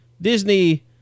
Disney